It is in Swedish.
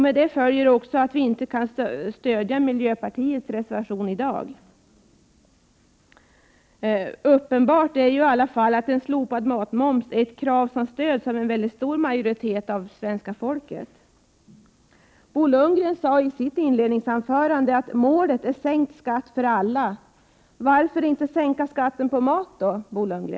Med detta följer också att vi inte kan stödja miljöpartiets reservation i dag. Uppenbart är i alla fall att en slopad matmoms är ett krav, som stöds av en väldigt stor majoritet av det svenska folket. Bo Lundgren sade i sitt inledningsanförande att målet är sänkt skatt för alla. Varför inte, Bo Lundgren, sänka skatten på mat då?